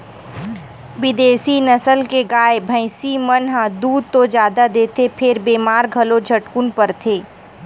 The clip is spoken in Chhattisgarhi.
बिदेसी नसल के गाय, भइसी मन ह दूद तो जादा देथे फेर बेमार घलो झटकुन परथे